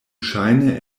ŝajne